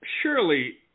surely